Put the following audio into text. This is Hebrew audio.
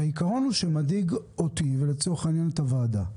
העיקרון שמדאיג אותי, ולצורך העניין את הוועדה,